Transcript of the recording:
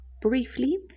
Briefly